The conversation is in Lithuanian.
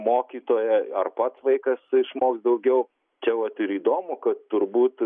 mokytoja ar pats vaikas išmoks daugiau čia vat ir įdomu kad turbūt